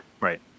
Right